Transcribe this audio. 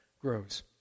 grows